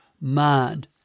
mind